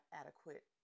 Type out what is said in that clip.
adequate